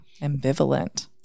Ambivalent